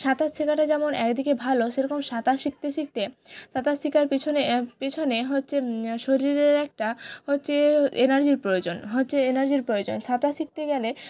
সাঁতার শেখাটা যেমন একদিকে ভালো সেরকম সাঁতার শিখতে শিখতে সাঁতার শেখার পেছনে পেছনে হচ্ছে শরীরের একটা হচ্ছে এনার্জির প্রয়োজন হচ্ছে এনার্জির প্রয়োজন সাঁতার শিখতে গেলে